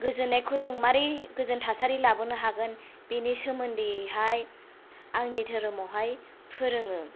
गोजोननायखौ जोङो मारै गोजोन थासारि लाबोनो हागोन बेनि सोमोन्दैहाय आंनि धोरोमावहाय फोरोङो